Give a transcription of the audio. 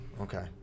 Okay